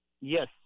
Yes